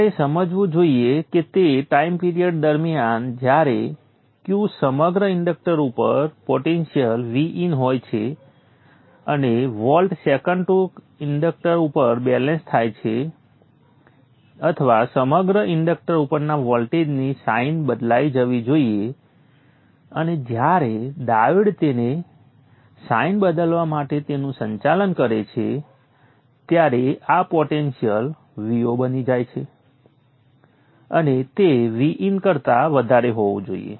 તમારે સમજવું જોઈએ કે તે ટાઈમ પિરિયડ દરમિયાન જ્યારે Q સમગ્ર ઇન્ડક્ટર ઉપર પોટેન્શિયલ Vin હોય છે અને વોલ્ટ સેકન્ડ ટુ ઇન્ડક્ટર ઉપર બેલેન્સ થવા માટે અથવા સમગ્ર ઈન્ડક્ટર ઉપરના વોલ્ટેજની સાઇન બદલાઈ જવી જોઈએ અને જ્યારે ડાયોડ તેને સાઇન બદલવા માટે તેનું સંચાલન કરે છે ત્યારે આ પોટેન્શિયલ Vo બની જાય છે અને તે Vin કરતા વધારે હોવું જોઈએ